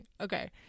Okay